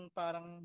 parang